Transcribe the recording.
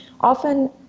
often